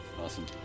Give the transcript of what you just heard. Awesome